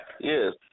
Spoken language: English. yes